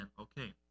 Okay